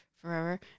forever